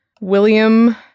William